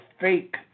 fake